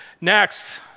next